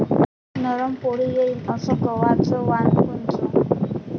नरम पोळी येईन अस गवाचं वान कोनचं?